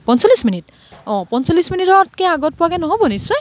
পঞ্চল্লিছ মিনিট অঁ পঞ্চল্লিছ মিনিটতকে আগত পোৱাকে নহ'ব নিশ্চয়